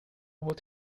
would